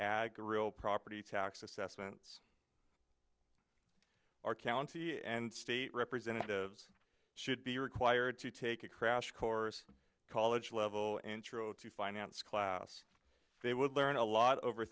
ag real property tax assessments our county and state representatives should be required to take a crash course college level and throw to finance class they would learn a lot over